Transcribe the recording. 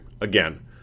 Again